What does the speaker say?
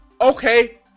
okay